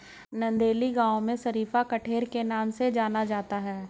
नंदेली गांव में शरीफा कठेर के नाम से जाना जाता है